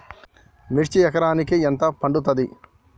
మిర్చి ఎకరానికి ఎంత పండుతది?